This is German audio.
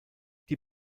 die